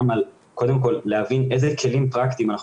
קודם כל להבין איזה כלים פרקטיים אנחנו